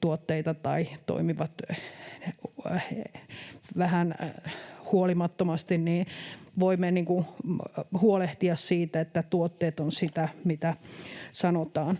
tuotteita tai toimivat vähän huolimattomasti. Näin voimme huolehtia siitä, että tuotteet ovat sitä, mitä sanotaan.